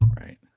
Right